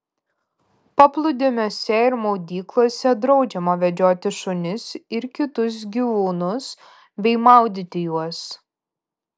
paplūdimiuose ir maudyklose draudžiama vedžioti šunis ir kitus gyvūnus bei maudyti juos